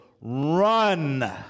run